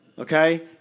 Okay